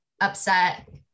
upset